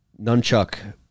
nunchuck